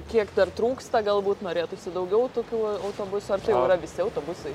kiek dar trūksta galbūt norėtųsi daugiau tokių autobusų ar tai jau yra visi autobusai